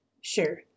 Sure